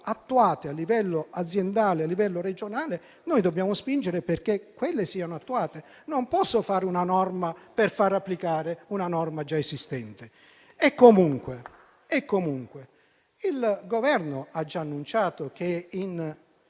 attuate a livello aziendale o a livello regionale, noi dobbiamo spingere perché quelle siano attuate. Non posso fare una norma per far applicare una norma già esistente. Comunque, il Governo ha già annunciato che sta